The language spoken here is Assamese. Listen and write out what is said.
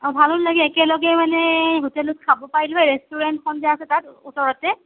অঁ ভালো লাগে মানে হোটেলত খাব পাৰিলোঁ হয় ৰেষ্টুৰেণ্টখন যে আছে তাত ওচৰতে